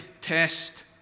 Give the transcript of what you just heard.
test